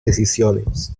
decisiones